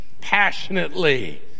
passionately